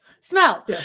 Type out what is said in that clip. Smell